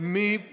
מי בעד?